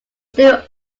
still